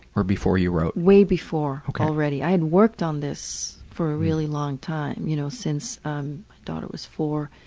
or before you wrote? way before already. i had worked on this for a really long time, you know, since my um daughter was four.